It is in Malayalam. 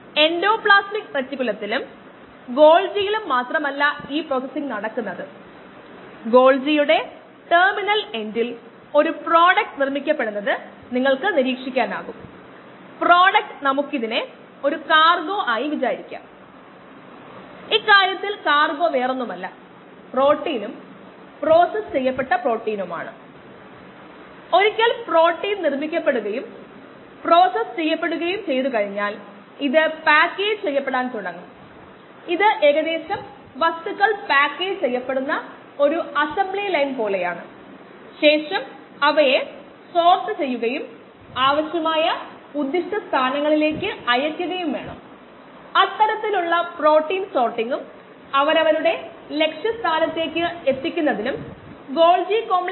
യൂണിറ്റിലെ സ്ഥിരതയ്ക്കായി നമ്മൾ പരിശോധിച്ചു ഓരോ പദത്തിനും ഒരേ രീതിയിലുള്ള യൂണിറ്റുകളും 20 ഹരിക്കണം 60 ന്റെ ആവശ്യകതയും നമ്മൾ കണ്ടു